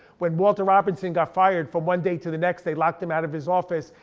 when walter robinson got fired from one day to the next, they locked him out of his office.